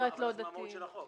אבל זה חלק מהמהות של החוק.